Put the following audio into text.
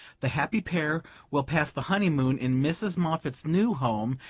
the happy pair will pass the honeymoon in mrs. moffatt's new home,